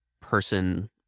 person